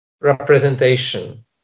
representation